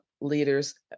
leaders